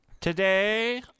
Today